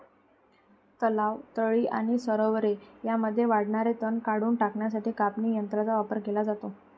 तलाव, तळी आणि सरोवरे यांमध्ये वाढणारे तण काढून टाकण्यासाठी कापणी यंत्रांचा वापर केला जातो